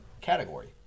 category